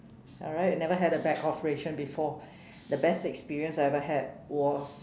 alright I never had a back operation before the best experience I ever had was